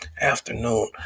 afternoon